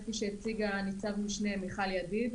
כפי שהציגה ניצב משנה מיכל ידיד,